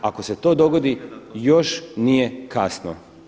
Ako se to dogodi, još nije kasno.